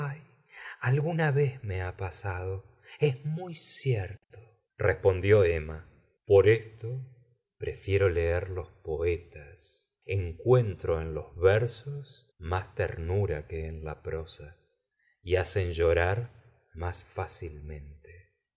alguna vez me ha pasado es muy cierto respondió emma por esto prefiero leer los poetas encuentro en los versos más ternura que en la prosa y hacen llorar más fácilmente